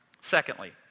Secondly